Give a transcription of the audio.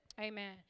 Amen